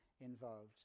involved